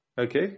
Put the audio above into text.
Okay